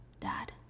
Dad